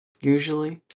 usually